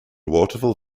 waterville